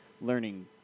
learning